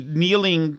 kneeling